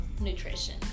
nutrition